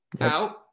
out